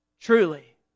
truly